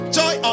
joy